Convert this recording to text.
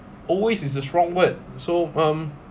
always is a strong word so um